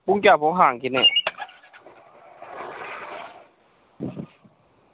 ꯄꯨꯡ ꯀꯌꯥꯐꯧ ꯍꯥꯡꯈꯤꯅꯤ